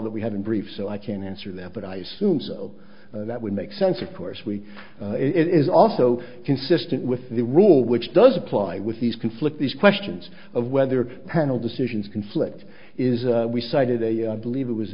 that we have in briefs so i can't answer them but i assume so that would make sense of course we it is also consistent with the rule which does apply with these conflicts these questions of whether panel decisions conflict is we cited a believe it was